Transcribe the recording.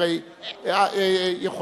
הרי יכול